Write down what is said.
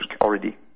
already